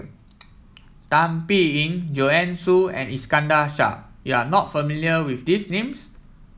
Tan Biyun Joanne Soo and Iskandar Shah you are not familiar with this names